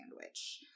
sandwich